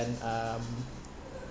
and um